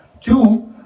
Two